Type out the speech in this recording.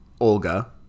Olga